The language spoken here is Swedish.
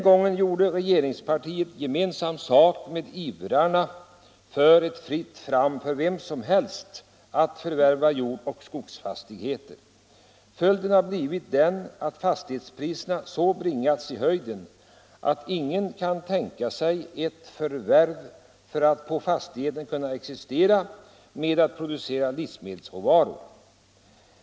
Men regeringspartiet gjorde gemensam sak med dem som ivrade för att vem som helst skulle få rätt att förvärva jordoch skogsfastigheter. Följden har blivit att fastighetspriserna så bringats i höjden, att ingen nu kan förvärva en jordbruksfastighet för att försörja sig på att där producera livsmedelsråvaror.